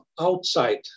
outside